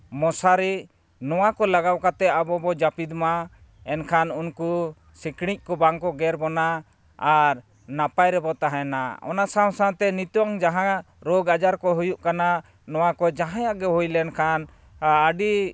ᱢᱚᱥᱟᱨᱤ ᱱᱚᱣᱟ ᱠᱚ ᱞᱟᱜᱟᱣ ᱠᱟᱛᱮᱫ ᱟᱵᱚᱵᱚᱱ ᱡᱟᱹᱯᱤᱫᱼᱢᱟ ᱮᱱᱠᱷᱟᱱ ᱩᱱᱠᱩ ᱥᱤᱠᱲᱤᱡ ᱠᱚ ᱵᱟᱝᱠᱚ ᱜᱮᱨ ᱵᱚᱱᱟ ᱟᱨ ᱱᱟᱯᱟᱭ ᱨᱮᱵᱚᱱ ᱛᱟᱦᱮᱱᱟ ᱟᱨ ᱚᱱᱟ ᱥᱟᱶ ᱥᱟᱶᱛᱮ ᱱᱤᱛᱚᱜ ᱡᱟᱦᱟᱭᱟᱜ ᱨᱳᱜᱽ ᱟᱡᱟᱨ ᱠᱚ ᱦᱩᱭᱩᱜ ᱠᱟᱱᱟ ᱱᱚᱣᱟ ᱠᱚ ᱡᱟᱦᱟᱭᱟᱜᱼᱜᱮ ᱦᱩᱭ ᱞᱮᱱᱠᱷᱟᱱ ᱟᱹᱰᱤ